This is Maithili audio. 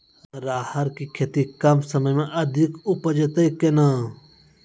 राहर की खेती कम समय मे अधिक उपजे तय केना?